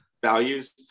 values